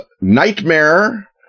Nightmare